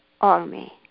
army